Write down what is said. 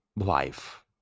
life